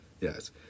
yes